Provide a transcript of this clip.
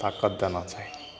ताकत देना चाही